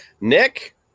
Nick